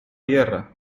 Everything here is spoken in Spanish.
tierra